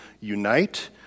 Unite